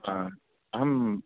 आ अहम्